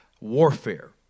warfare